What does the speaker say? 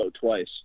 twice